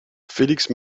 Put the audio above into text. felix